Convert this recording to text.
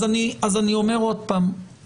אז אני אומר עוד פעם,